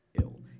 ill